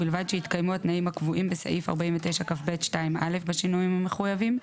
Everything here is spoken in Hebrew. ובלבד שהתקיימו התנאים הקבועים בסעיף 49כב2(א) בשינויים המחויבים,